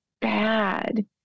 bad